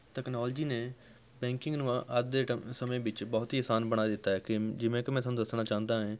technology ਨੇ banking ਨੂੰ ਅ ਅੱਜ ਦੇ ਟ ਸਮੇਂ ਵਿੱਚ ਬਹੁਤ ਹੀ ਆਸਾਨ ਬਣਾ ਦਿੱਤਾ ਹੈ ਜਿਵੇਂ ਕਿ ਮੈਂ ਤੁਹਾਨੂੰ ਦੱਸਣਾ ਚਾਹੁੰਦਾ ਹੈ